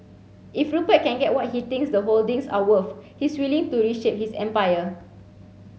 if Rupert can get what he thinks the holdings are worth he's willing to reshape his empire